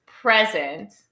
present